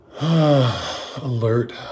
alert